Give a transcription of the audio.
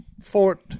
Fort